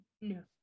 No